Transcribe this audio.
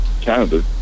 Canada